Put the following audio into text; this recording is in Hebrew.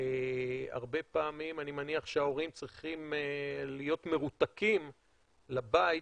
הרבה פעמים אני מניח שההורים צריכים להיות מרותקים לבית,